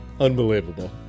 Unbelievable